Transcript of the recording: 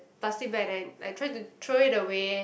plastic bag then I tried to throw it away